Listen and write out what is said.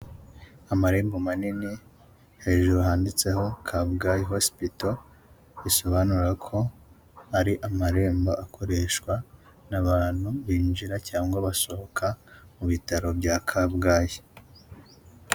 Amarembo manini hejuru handitseho kabgayi hospital bisobanura ko ari amarembo akoreshwa n'abantu binjira cyangwa basohoka mu bitaro bya kabgayi.